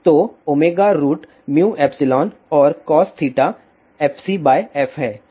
तो omega root mu epsilon और cos theta fc by f है